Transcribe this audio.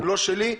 לא שלי,